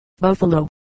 Buffalo